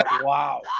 Wow